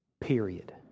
Period